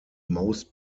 most